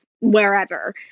wherever